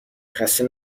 خسته